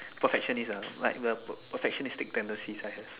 perfectionist ah like the perfectionistic tendencies